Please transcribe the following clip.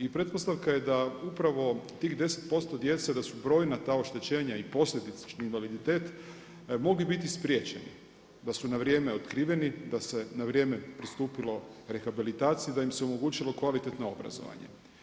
I pretpostavka je da upravo tih 10% djece da su brojna ta oštećenja i posljedični invaliditet mogli biti spriječeni, da su na vrijeme otkriveni, da se na vrijeme pristupilo rehabilitaciji, da im se omogućilo kvalitetno obrazovanje.